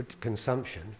consumption